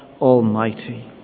Almighty